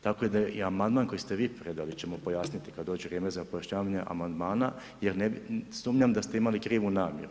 Dakle i amandman koji ste vi predali, još ćemo pojasniti kada dođe vrijeme za pojašnjavanje amandmana, jer sumnjam da ste imali krivu namjeru.